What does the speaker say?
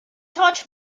touch